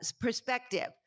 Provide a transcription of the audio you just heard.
perspective